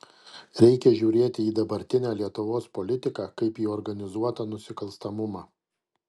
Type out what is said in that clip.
reikia žiūrėti į dabartinę lietuvos politiką kaip į organizuotą nusikalstamumą